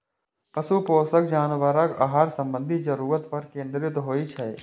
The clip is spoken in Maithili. पशु पोषण जानवरक आहार संबंधी जरूरत पर केंद्रित होइ छै